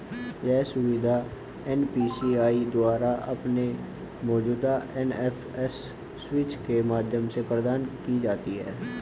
यह सुविधा एन.पी.सी.आई द्वारा अपने मौजूदा एन.एफ.एस स्विच के माध्यम से प्रदान की जाती है